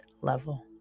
level